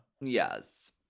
Yes